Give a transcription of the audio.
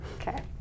Okay